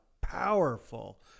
powerful